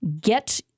get